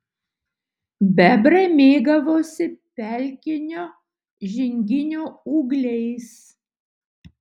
bebrai mėgavosi pelkinio žinginio ūgliais